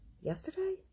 yesterday